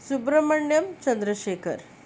Subramaniam Chandrashekhar